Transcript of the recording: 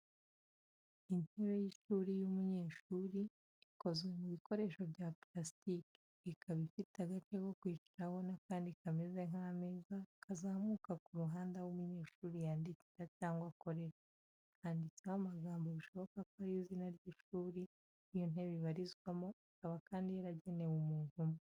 Intebe y'ishuri y'umunyeshuri, ikozwe mu bikoresho bya purasitiki, ikaba ifite agace ko kwicaraho n'akandi kameze nk'ameza kazamuka ku ruhande, aho umunyeshuri yandikira cyangwa akorera. Handitseho amagambo bishoboka ko ari izina ry'ishuri iyo ntebe ibarizwamo ikaba kandi yaragenewe umuntu umwe.